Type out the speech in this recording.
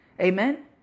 Amen